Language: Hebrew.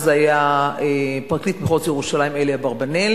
אז זה היה פרקליט מחוז ירושלים אלי אברבנאל,